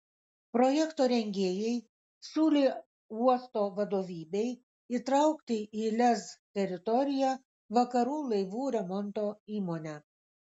projekto rengėjai siūlė uosto vadovybei įtraukti į lez teritoriją vakarų laivų remonto įmonę